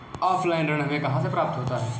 Offline ऋण हमें कहां से प्राप्त होता है?